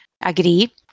agree